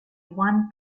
one